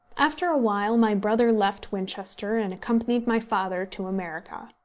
after a while my brother left winchester and accompanied my father to america.